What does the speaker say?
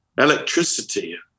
electricity